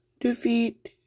Defeat